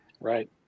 right